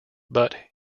but